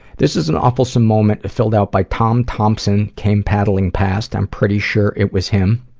this is an awful-some moment filled out by tom thompson came paddling past, i'm pretty sure it was him.